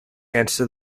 answer